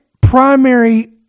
primary